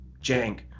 jank